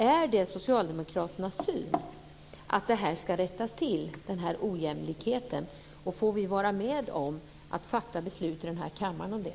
Är det socialdemokraternas uppfattning att ojämlikheten ska rättas till, och får vi i kammaren vara med att fatta beslut om det?